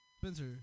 Spencer